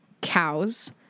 Cows